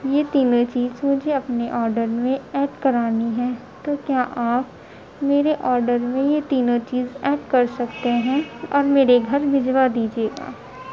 یہ تینوں چیز مجھے اپنے آڈر میں ایڈ کرانی ہیں کیونکہ آپ میرے آڈر میں یہ تینوں چیز ایڈ کر سکتے ہیں اور میرے گھر بھجوا دیجیے گا